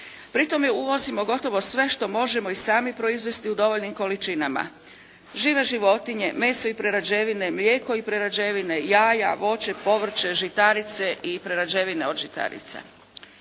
Pritome uvozimo gotovo sve što možemo i sami proizvesti u dovoljnim količinama. Žive životinje, meso i prerađevine, mlijeko i prerađevine, jaja, voće, povrće, žitarice i prerađevine od žitarica.